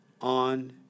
on